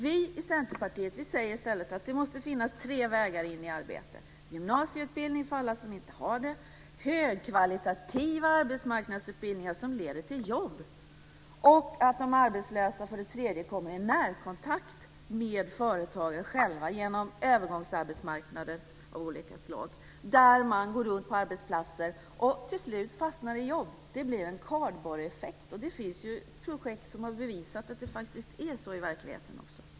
Vi i Centerpartiet säger att det måste finnas tre vägar in i arbete, nämligen gymnasieutbildning för alla som inte har det, högkvalitativa arbetsmarknadsutbildningar som leder till jobb och en möjlighet för de arbetslösa att komma i närkontakt med företagare själva genom övergångsarbetsmarknader av olika slag. De ska få en möjlighet att komma runt på arbetsplatser, och till slut fastnar de i jobb. Det blir en kardborreeffekt. Det finns projekt som har bevisat att det faktiskt är så i verkligheten.